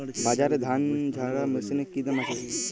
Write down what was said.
বাজারে ধান ঝারা মেশিনের কি দাম আছে?